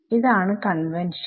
ഇതാണ് കൺവെൻഷൻ